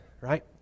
right